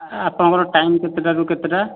ଆପଣଙ୍କ ଟାଇମ୍ କେତେଟାରୁ କେତେଟା